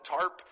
tarp